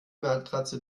matratze